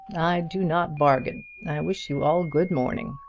i do not bargain. i wish you all good morning.